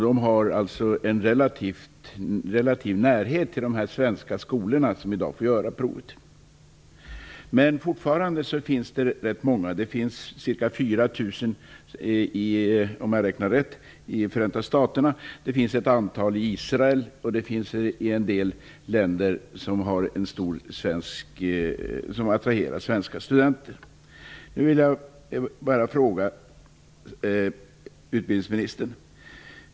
De har alltså relativt nära till de svenska skolor som i dag får anordna provet. Om jag har räknat rätt finns det ca 4 000 studenter i Förenta Staterna. Det finns ett antal studenter i Israel och i en del andra länder som attraherar svenska studenter.